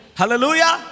Hallelujah